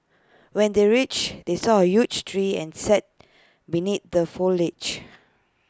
when they reached they saw A huge tree and sat beneath the foliage